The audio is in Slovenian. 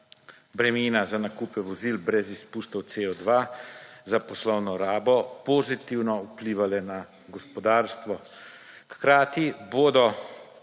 bremena za nakupe vozil brez izpustov CO2 za poslovno rabo pozitivno vpliva le na gospodarstvo.